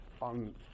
on